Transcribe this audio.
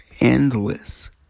endless